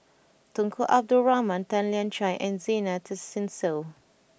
Tunku Abdul Rahman Tan Lian Chye and Zena Tessensohn